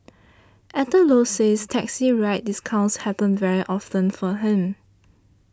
Actor Low says taxi ride discounts happen very often for him